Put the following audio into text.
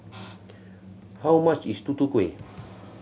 how much is Tutu Kueh